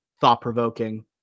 thought-provoking